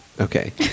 okay